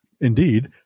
indeed –